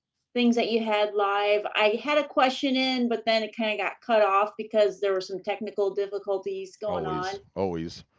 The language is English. things that you had live, i had a question in but then it kind of got cut off because there were some technical difficulties going on. always,